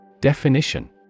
Definition